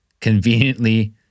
conveniently